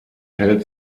hält